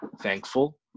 thankful